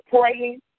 praying